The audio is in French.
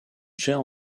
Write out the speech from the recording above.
gère